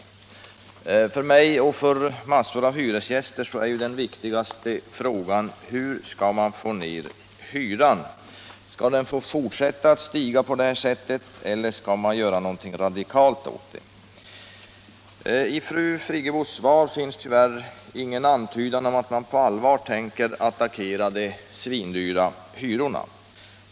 Nej, för mig, och för massor av hyresgäster, är den viktigaste frågan: Hur skall man få ned hyran? Skall den få fortsätta att stiga på det här sättet, eller skall man göra någonting radikalt åt problemet. I fru Friggebos svar finns tyvärr ingen antydan om att man på allvar tänker attackera de svindyra hyrorna.